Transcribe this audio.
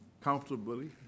comfortably